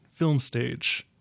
filmstage